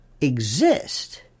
exist